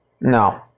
no